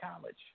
college